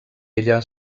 ella